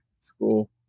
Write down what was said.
school